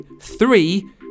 Three